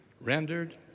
rendered